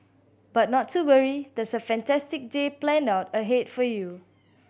but not to worry there's a fantastic day planned out ahead for you